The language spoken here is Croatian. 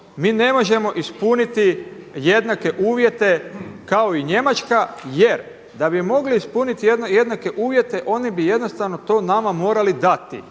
mi ne možemo ispuniti jednake uvjete kao i Njemačka jer da bi mogli ispuniti jednake uvjete oni bi jednostavno to nama morali dati.